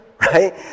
right